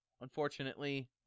unfortunately